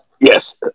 Yes